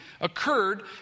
occurred